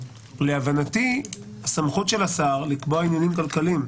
להבנתי הסמכות של השר לקבוע עניינים כלכליים,